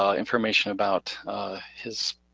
information about his